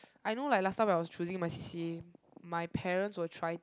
I know like last time I was choosing my C_C_A my parents will try